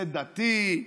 זה דתי,